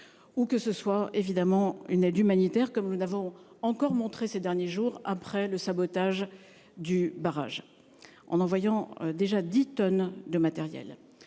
Ou que ce soit évidemment une aide humanitaire comme nous n'avons encore montré ces derniers jours, après le sabotage du barrage en envoyant déjà 10 tonnes de matériel